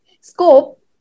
scope